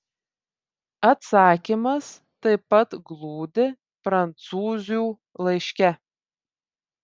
atsakymas taip pat glūdi prancūzių laiške